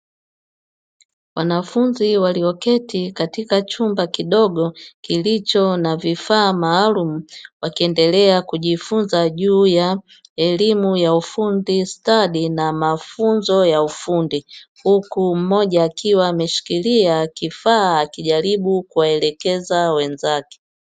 Wanafunzi walioketi katika chumba kidogo kilicho na vifaa maalumu wakiendelea kujifunza juu ya elimu ya ufundi stadi na mafunzo ya ufundi. Hukummoja akiwa ameshika kifaa akijaribu kuwaelekeza wenzake.